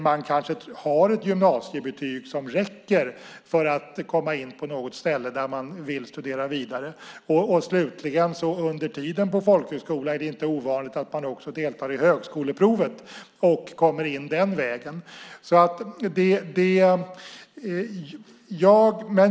Man kanske har ett gymnasiebetyg som räcker för att komma in på något ställe där man vill studera vidare. Under tiden på folkhögskola är det heller inte ovanligt att man också deltar i högskoleprovet och kommer in den vägen.